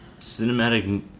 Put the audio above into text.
cinematic